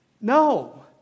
No